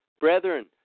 brethren